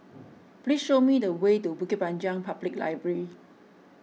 please show me the way to Bukit Panjang Public Library